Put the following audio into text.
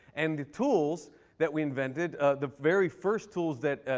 and the tools that we invented, ah the very first tools that